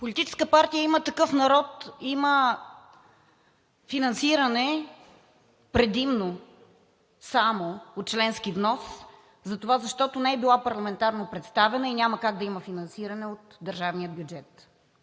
Политическа партия „Има такъв народ“ има финансиране само от членски внос, защото не е била парламентарно представена и няма как да има финансиране от държавния бюджет.